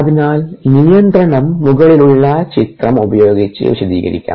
അതിനാൽ നിയന്ത്രണം മുകളിലുള്ള ചിത്രം ഉപയോഗിച്ച് വിശദീകരിക്കാം